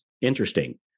Interesting